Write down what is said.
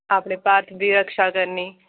अपने भारत दी रक्षा करनी